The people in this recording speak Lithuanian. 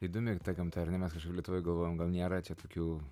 įdomi gamta ar ne mes kažkaip lietuvoj galvojam gal nėra čia tokių